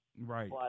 Right